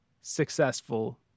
successful